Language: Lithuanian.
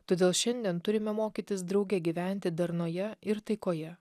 todėl šiandien turime mokytis drauge gyventi darnoje ir taikoje